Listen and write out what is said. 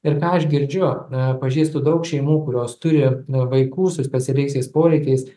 ir ką aš girdžiu pažįstu daug šeimų kurios turi vaikų su specialiaisiais poreikiais